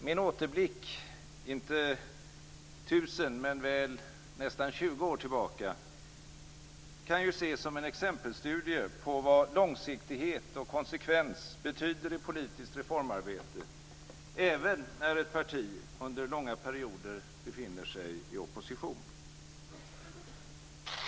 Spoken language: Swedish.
Min återblick, inte tusen men nästan 20 år tillbaka, kan ses som en exempelstudie på vad långsiktighet och konsekvens betyder i politiskt reformarbete även när ett parti under långa perioder befinner sig i opposition.